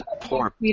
poor